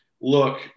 look